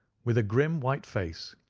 with a grim, white face,